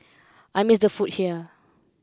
I miss the food here